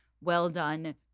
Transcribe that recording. well-done